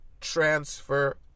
transfer